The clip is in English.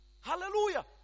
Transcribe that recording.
Hallelujah